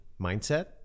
mindset